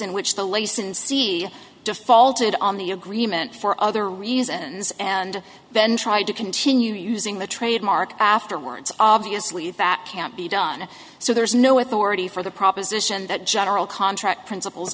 in which the lessons see defaulted on the agreement for other reasons and then tried to continue using the trademark afterwards obviously that can't be done so there is no authority for the proposition that general contract princip